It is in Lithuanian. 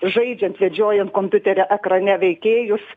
žaidžiant vedžiojant kompiuterio ekrane veikėjus